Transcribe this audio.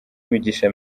imigisha